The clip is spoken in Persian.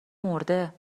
مرده